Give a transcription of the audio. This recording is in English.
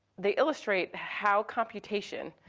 they illustrate how computation,